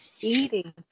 eating